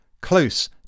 close